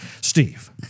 Steve